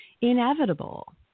inevitable